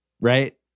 Right